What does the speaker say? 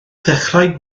ddechrau